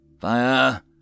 Fire